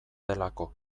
delako